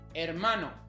Hermano